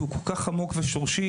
שהוא אירוע כל כך עמוק ושורשי,